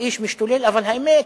האיש משתולל, אבל האמת